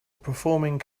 performing